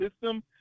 system